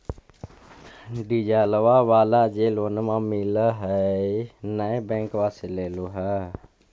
डिजलवा वाला जे लोनवा मिल है नै बैंकवा से लेलहो हे?